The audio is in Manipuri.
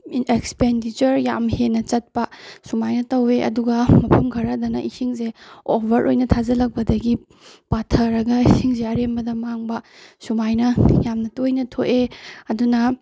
ꯑꯦꯛꯁꯄꯦꯟꯗꯤꯆꯔ ꯌꯥꯝ ꯍꯦꯟꯅ ꯆꯠꯄ ꯁꯨꯃꯥꯏꯅ ꯇꯧꯌꯦ ꯑꯗꯨꯒ ꯃꯐꯝ ꯈꯔꯗꯅ ꯏꯁꯤꯡꯁꯦ ꯑꯣꯚꯔ ꯑꯣꯏꯅ ꯊꯥꯖꯤꯜꯂꯛꯄꯗꯒꯤ ꯄꯥꯊꯔꯒ ꯏꯁꯤꯡꯁꯦ ꯑꯔꯦꯝꯕꯗ ꯃꯥꯡꯕ ꯁꯨꯃꯥꯏꯅ ꯌꯥꯝꯅ ꯇꯣꯏꯅ ꯊꯣꯛꯑꯦ ꯑꯗꯨꯅ